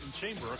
Chamber